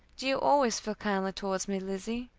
do you always feel kindly towards me, lizzie?